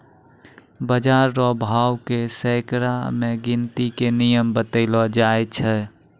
बाजार रो भाव के सैकड़ा मे गिनती के नियम बतैलो जाय छै